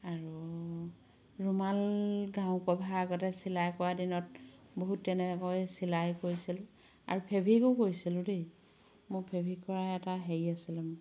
আৰু ৰুমাল গাৰু ক'ভাৰ আগতে চিলাই কৰা দিনত বহুত তেনেকৈ চিলাই কৰিছিলোঁ আৰু ফেব্ৰিকো কৰিছিলোঁ দেই মই ফেব্ৰিক কৰা এটা হেৰি আছিলে